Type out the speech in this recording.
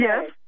Yes